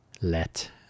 Let